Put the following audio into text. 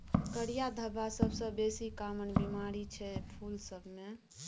करिया धब्बा सबसँ बेसी काँमन बेमारी छै फुल सब मे